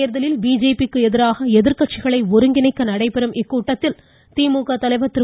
தோ்தலில் பிஜேபிக்கு எதிராக எதிர்க்கட்சிகளை வரும் மக்களவைத் ஒருங்கிணைக்க நடைபெறும் இக்கூட்டத்தில் திமுக தலைவர் திரு